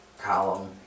column